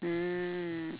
mm